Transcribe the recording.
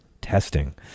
testing